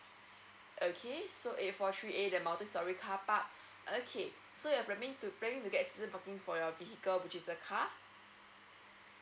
okay so eight four three A the multi story carpark okay so you're planning to planning to get season parking for your vehicle which is a car